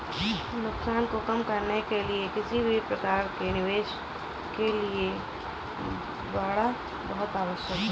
नुकसान को कम करने के लिए किसी भी प्रकार के निवेश के लिए बाड़ा बहुत आवश्यक हैं